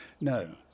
No